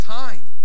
time